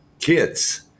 kids